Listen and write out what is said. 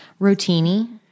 Rotini